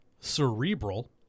cerebral